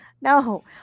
no